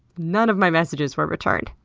none of my messages were returned.